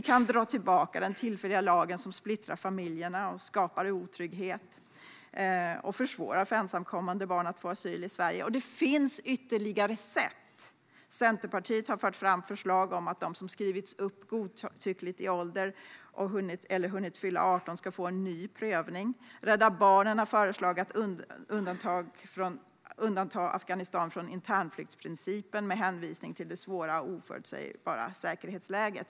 Vi kan dra tillbaka den tillfälliga lag som splittrar familjer, skapar otrygghet och försvårar för ensamkommande barn att få asyl i Sverige. Det finns ytterligare sätt. Centerpartiet har fört fram förslag om att de som godtyckligt skrivits upp i ålder eller hunnit fylla 18 ska få en ny prövning. Rädda Barnen har föreslagit att man ska undanta Afghanistan från internflyktsprincipen med hänvisning till det svåra och oförutsägbara säkerhetsläget.